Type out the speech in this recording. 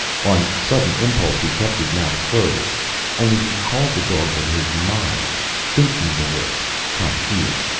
on sudden impulse he kept his mouth closed only he called the dog with his mind. thinking the words come here,